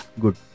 good